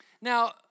Now